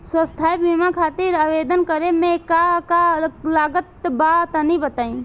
स्वास्थ्य बीमा खातिर आवेदन करे मे का का लागत बा तनि बताई?